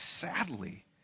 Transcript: sadly